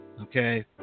Okay